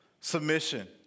submission